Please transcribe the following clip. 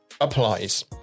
applies